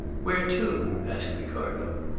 where to? asked ricardo.